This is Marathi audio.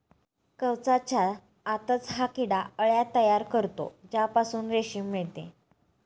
कवचाच्या आतच हा किडा अळ्या तयार करतो ज्यापासून रेशीम मिळते